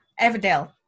Everdale